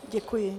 Děkuji.